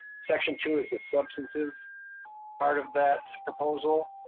section two is a substantive part of that proposal.